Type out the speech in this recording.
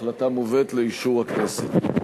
ההחלטה מובאת לאישור הכנסת.